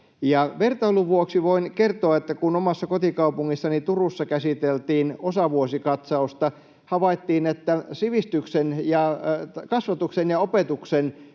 vertailun vuoksi voin kertoa, että kun omassa kotikaupungissani Turussa käsiteltiin osavuosikatsausta, havaittiin, että sivistyksen, kasvatuksen